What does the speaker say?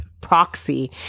proxy